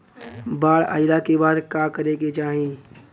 बाढ़ आइला के बाद का करे के चाही?